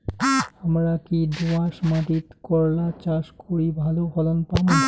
হামরা কি দোয়াস মাতিট করলা চাষ করি ভালো ফলন পামু?